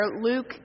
Luke